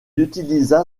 utilisa